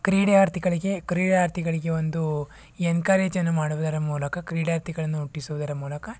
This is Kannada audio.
ಕ್ರೀಡಾರ್ಥಿಗಳಿಗೆ ಕ್ರೀಡಾರ್ಥಿಗಳಿಗೆ ಒಂದು ಎನ್ಕರೇಜನ್ನು ಮಾಡುವುದರ ಮೂಲಕ ಕ್ರೀಡಾರ್ಥಿಗಳನ್ನು ಹುಟ್ಟಿಸುವುದರ ಮೂಲಕ